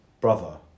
brother